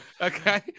okay